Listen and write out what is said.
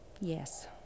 Yes